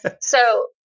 So-